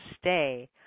stay